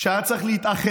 כשהיה צריך להתאחד,